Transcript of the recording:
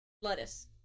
Lettuce